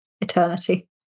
eternity